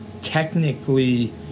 technically